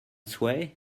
sway